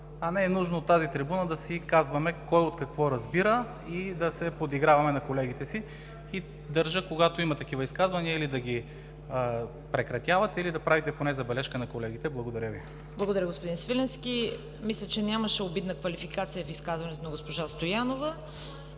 а не е нужно от тази трибуна да си казваме кой от какво разбира, и да се подиграваме на колегите си. Държа, когато има такива изказвания или да ги прекратявате, или да правите поне забележка на колегите. Благодаря Ви. ПРЕДСЕДАТЕЛ ЦВЕТА КАРАЯНЧЕВА: Благодаря, господин Свиленски. Мисля, че нямаше обидна квалификация в изказването на госпожа Стоянова,